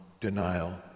denial